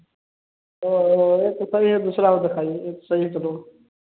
तो सर यह दूसरा और दिखाइए एक सही से दो